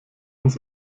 uns